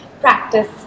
practice